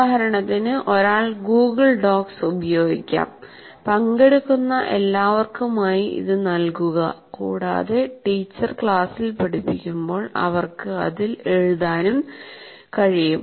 ഉദാഹരണത്തിന് ഒരാൾക്ക് Google Docs ഉപയോഗിക്കാം പങ്കെടുക്കുന്ന എല്ലാവർക്കുമായി ഇത് നൽകുക കൂടാതെ ടീച്ചർ ക്ലാസ്സിൽ പഠിപ്പിക്കുമ്പോൾ അവർക്ക് അതിൽ എഴുതാനും കഴിയും